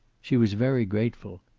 she was very grateful.